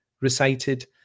recited